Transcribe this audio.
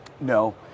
No